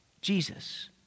Jesus